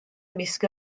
ymysg